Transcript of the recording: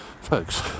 folks